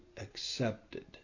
accepted